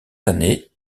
années